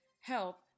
help